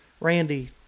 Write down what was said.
randy